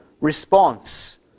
response